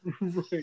Right